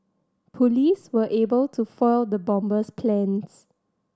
police were able to foil the bomber's plans